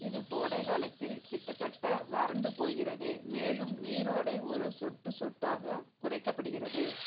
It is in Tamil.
இது கோடை காலத்தில் கிட்டத்தட்ட வறண்டு போகிறது மேலும் நீரோடை ஒரு சொட்டு சொட்டாக குறைக்கப்படுகிறது